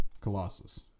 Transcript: Colossus